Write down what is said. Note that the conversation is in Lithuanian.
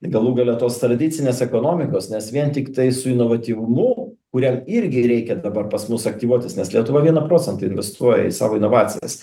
galų gale tos tradicinės ekonomikos nes vien tiktai su inovatyvumu kuriam irgi reikia dabar pas mus aktyvuotis nes lietuva vieną procentą investuoja į savo inovacijas